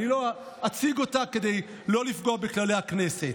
אני לא אציג אותה כדי לא לפגוע בכללי הכנסת.